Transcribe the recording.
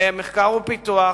למחקר ופיתוח,